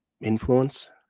influence